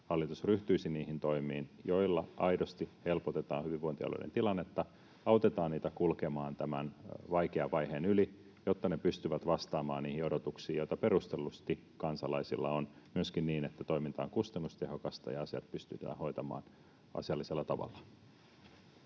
että hallitus ryhtyisi niihin toimiin, joilla aidosti helpotetaan hyvinvointialueiden tilannetta, autetaan niitä kulkemaan tämän vaikean vaiheen yli, jotta ne pystyvät vastaamaan niihin odotuksiin, joita kansalaisilla perustellusti on, myöskin niin, että toiminta on kustannustehokasta ja asiat pystytään hoitamaan asiallisella tavalla.